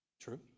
True